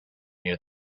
near